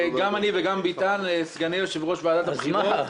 הכנסת דוד ביטן סגני יושבי ראש ועדת הבחירות,